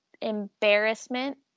embarrassment